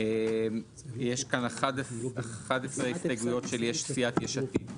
יש פה 11 הסתייגויות של סיעת יש עתיד.